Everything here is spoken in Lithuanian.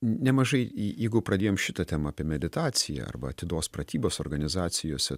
nemažai jeigu pradėjom šitą temą apie meditaciją arba atidos pratybos organizacijose